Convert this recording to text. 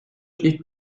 ilk